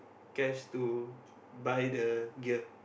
cash to buy the gear